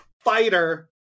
fighter